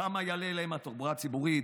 כמה תעלה להם התחבורה הציבורית,